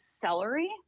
celery